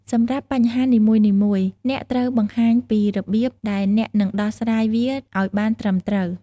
សម្រាប់បញ្ហានីមួយៗ អ្នកត្រូវបង្ហាញពីរបៀបដែលអ្នកនឹងដោះស្រាយវាអោយបានត្រឹមត្រូវ។